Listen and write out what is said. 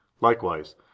Likewise